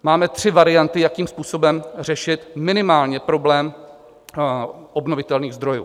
Máme tři varianty, jakým způsobem řešit minimálně problém obnovitelných zdrojů.